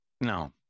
No